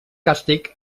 càstig